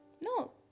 No